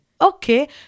okay